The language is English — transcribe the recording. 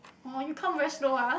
oh you count very slow ah